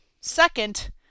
Second